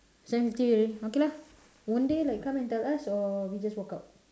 seven fifty already okay lah won't they like come and tell us or we just walk out